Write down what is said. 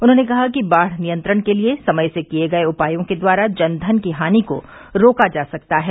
उन्होंने कहा कि बाढ़ नियंत्रण के लिये समय से किये गये उपायों के द्वारा जनधन की हानि को रोका जा सकता है